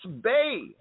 Bay